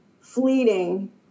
fleeting